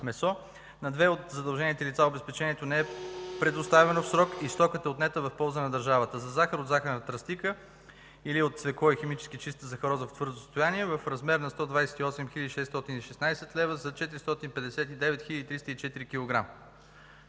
На две от задължените лица обезпечението не е предоставено в срок и стоката е отнета в полза на държавата; – за захар от захарна тръстика или от цвекло и химически чиста захароза в твърдо състояние – в размер на 128 616 лв. за 459 304 кг.